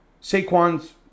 Saquon's